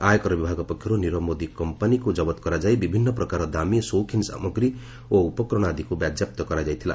ଆୟକର ବିଭାଗ ପକ୍ଷରୁ ନିରବ ମୋଦି କମ୍ପାନୀକୁ ଜବତ କରାଯାଇ ବିଭିନ୍ନ ପ୍ରକାର ଦାମୀ ସୌଖନ୍ ସାମଗ୍ରୀ ଓ ଉପକରଣ ଆଦିକ୍ ବାଜ୍ୟାପ୍ଟ କରାଯାଇଥିଲା